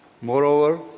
Moreover